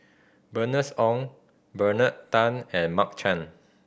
Bernice Ong Bernard Tan and Mark Chan